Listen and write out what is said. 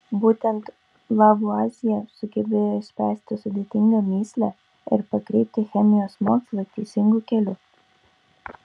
būtent lavuazjė sugebėjo išspręsti sudėtingą mįslę ir pakreipti chemijos mokslą teisingu keliu